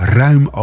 ruim